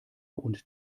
und